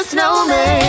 Snowman